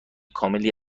کاملی